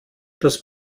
das